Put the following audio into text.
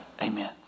Amen